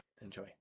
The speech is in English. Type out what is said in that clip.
Enjoy